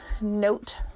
note